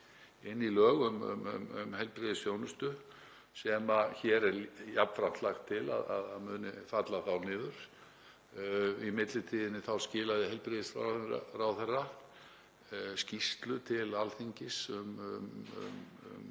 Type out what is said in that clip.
inn í lög um heilbrigðisþjónustu sem hér er jafnframt lagt til að falli niður. Í millitíðinni skilaði heilbrigðisráðherra skýrslu til Alþingis